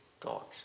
thoughts